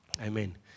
Amen